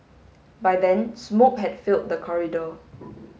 by then smoke had filled the corridor